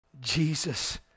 Jesus